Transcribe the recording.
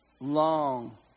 long